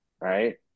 right